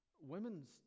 Women's